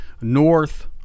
north